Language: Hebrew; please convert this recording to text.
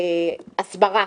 הסברה.